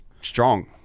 strong